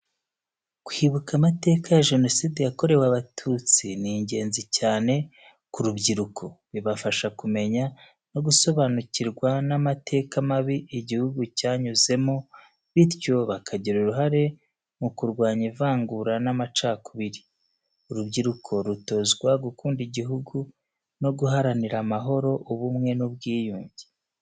Kwibuka amateka ya Jenoside yakorewe Abatutsi ni ingenzi cyane ku rubyiruko. Bibafasha kumenya no gusobanukirwa n’amateka mabi igihugu cyanyuzemo, bityo bakagira uruhare mu kurwanya ivangura n’amacakubiri. Urubyiruko rutozwa gukunda igihugu no guharanira amahoro, ubumwe n’ubwiyunge.